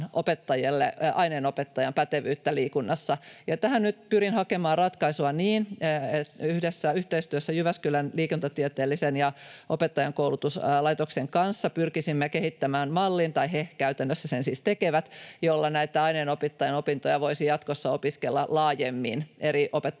aineenopettajan pätevyyttä liikunnassa. Ja tähän pyrin nyt hakemaan ratkaisua yhteistyössä Jyväskylän liikuntatieteellisen ja opettajankoulutuslaitoksen kanssa. Pyrkisimme kehittämään mallin — tai he käytännössä sen siis tekevät — jolla näitä aineenopettajan opintoja voisi jatkossa opiskella laajemmin eri